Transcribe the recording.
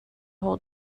whole